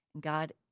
God